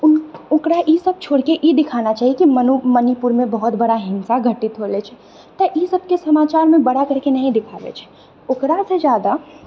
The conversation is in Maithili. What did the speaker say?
ओ ओकरा ईसभ छोड़िके ई दिखाना चाही कि मनो मणिपुरमे बहुत बड़ा हिन्सा घटित होलय छै तऽ ई सभके समाचारमे बड़ा करिके नही देखाबैत छै ओकरासे जादा